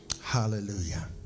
Hallelujah